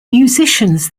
musicians